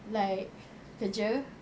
like kerja